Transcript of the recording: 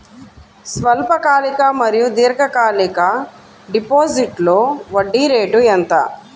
స్వల్పకాలిక మరియు దీర్ఘకాలిక డిపోజిట్స్లో వడ్డీ రేటు ఎంత?